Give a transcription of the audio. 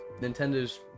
Nintendo's